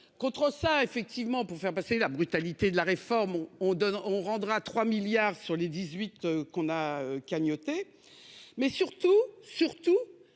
Contre ça effectivement pour faire passer la brutalité de la réforme on donne on rendra 3 milliards sur les 18 qu'on a cagnottée. Mais surtout, surtout,